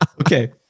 Okay